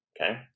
okay